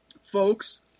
folks